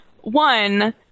one